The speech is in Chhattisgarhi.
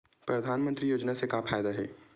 परधानमंतरी योजना से का फ़ायदा हे?